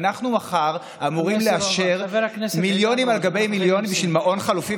אנחנו מחר אמורים לאשר מיליונים על גבי מיליונים בשביל מעון חלופי,